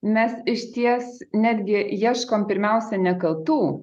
mes išties netgi ieškom pirmiausia ne kaltų